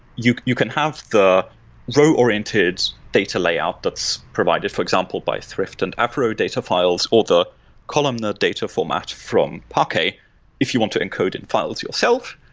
you you can have the row-oriented data layout that's provided, for example, by thrift and avro data files or the columnar data format from parquet if you want to encode in files yourself.